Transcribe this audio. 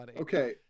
Okay